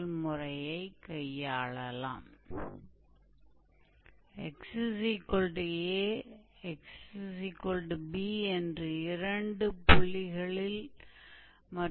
तो जिस तरह से हमने कर्व और दो बिंदुओं के बीच के एरिया की गणना की है